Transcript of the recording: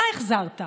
אתה החזרת,